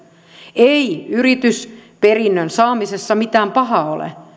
ei yritysperinnön saamisessa mitään pahaa ole